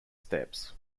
steps